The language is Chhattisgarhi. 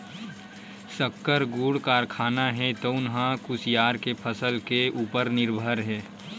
सक्कर, गुड़ कारखाना हे तउन ह कुसियार के फसल के उपर निरभर हे